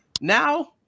Now